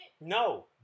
No